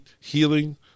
healing